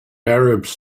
arabs